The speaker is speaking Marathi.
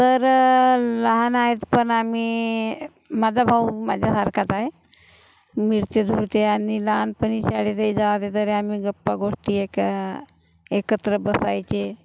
तर लहान आहेत पण आम्ही माझा भाऊ माझ्या सारखाच आहे मिळते जुळते आणि लहानपणी शाळेतही जेव्हा होते तर आम्ही गप्पा गोष्टी एका एकत्र बसायचे